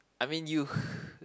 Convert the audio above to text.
I mean you